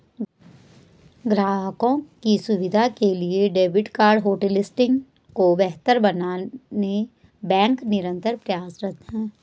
ग्राहकों की सुविधा के लिए डेबिट कार्ड होटलिस्टिंग को बेहतर बनाने बैंक निरंतर प्रयासरत है